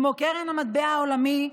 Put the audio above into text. כמו קרן המטבע העולמית,